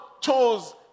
chose